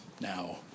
now